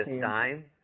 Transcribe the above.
time